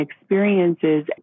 experiences